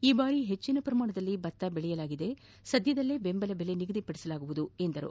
ಈ ಬಾರಿ ಹೆಜ್ಜನ ಪ್ರಮಾಣದಲ್ಲಿ ಭತ್ತ ಬೆಳೆಯಲಾಗಿದ್ದು ಸದ್ಯದಲ್ಲಿಯೇ ಬೆಂಬಲ ಬೆಲೆ ನಿಗದಿಪಡಿಸುವುದಾಗಿ ತಿಳಿಸಿದರು